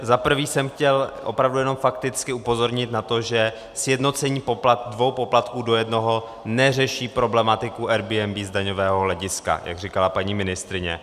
Za prvé jsem chtěl opravdu jenom fakticky upozornit na to, že sjednocení dvou poplatků do jednoho neřeší problematiku Airbnb z daňového hlediska, jak říkala paní ministryně.